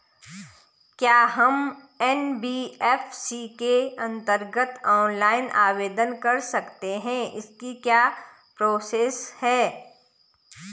क्या हम एन.बी.एफ.सी के अन्तर्गत ऑनलाइन आवेदन कर सकते हैं इसकी क्या प्रोसेस है?